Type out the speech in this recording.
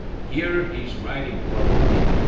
here he's riding baloney,